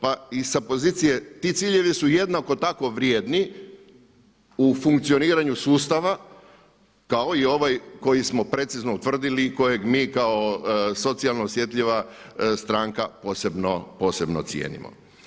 Pa i sa pozicije, ti ciljevi su jednako tako vrijedni u funkcioniranju sustava kao i ovaj koji smo precizno utvrdili i kojeg mi kao socijalno osjetljiva stranka posebno cijenimo.